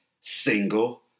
single